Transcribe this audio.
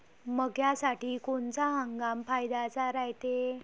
मक्क्यासाठी कोनचा हंगाम फायद्याचा रायते?